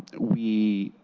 we